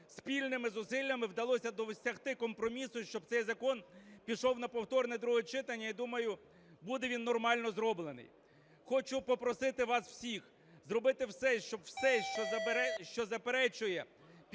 спільними зусиллями вдалося досягти компромісу, щоб цей закон пішов на повторне друге читання, і, думаю, буде він нормально зроблений. Хочу попросити вас всіх зробити все, щоб все, що заперечує